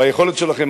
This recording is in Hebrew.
והיכולת שלכם.